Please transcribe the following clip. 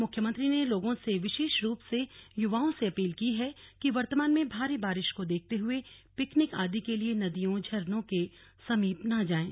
मुख्यमंत्री ने लोगों विशेष रूप से युवाओं से अपील की है कि वर्तमान में भारी बारिश को देखते हुए पिकनिक आदि के लिए नदियों झरनों के समीप न जाएं